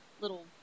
little